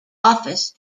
office